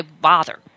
bother